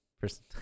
person